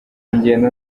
ngendo